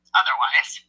otherwise